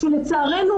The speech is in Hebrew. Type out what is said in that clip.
שלצערנו,